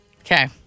Okay